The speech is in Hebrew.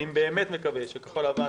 אני באמת מקווה שכחול לבן